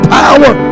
power